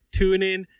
TuneIn